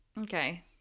Okay